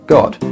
God